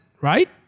right